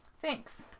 thanks